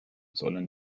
sollen